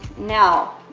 now,